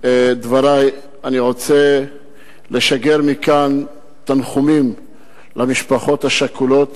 דברי אני רוצה לשגר מכאן תנחומים למשפחות השכולות